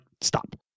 stop